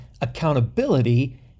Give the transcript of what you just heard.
accountability